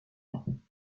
werden